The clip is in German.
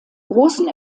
großen